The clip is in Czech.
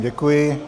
Děkuji.